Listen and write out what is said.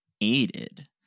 aided